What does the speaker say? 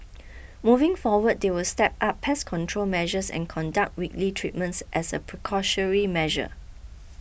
moving forward they will step up pest control measures and conduct weekly treatments as a measure